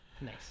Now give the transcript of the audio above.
Nice